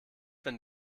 wenn